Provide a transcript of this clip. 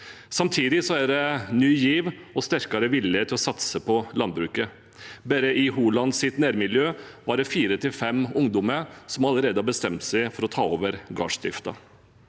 Samtidig er det ny giv og sterkere vilje til å satse på landbruket. Bare i Holands nærmiljø var det fire til fem ungdommer som allerede hadde bestemt seg for å ta over gardsdriften.